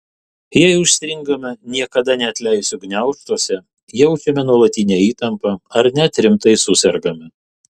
jei užstringame niekada neatleisiu gniaužtuose jaučiame nuolatinę įtampą ar net rimtai susergame